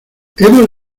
hemos